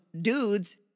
dudes